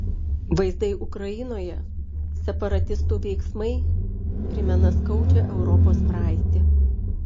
vaizdai ukrainoje separatistų veiksmai primena skaudžią europos praeitį